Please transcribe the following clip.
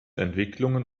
entwicklungen